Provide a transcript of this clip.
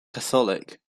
catholic